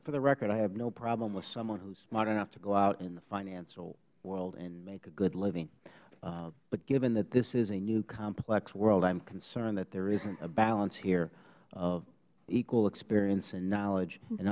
for the record i have no problem with someone who's smart enough to go out in the financial world and make a good living but given that this is a new complex world i'm concerned that there isn't a balance here of equal experience and knowledge and